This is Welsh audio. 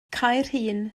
caerhun